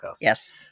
Yes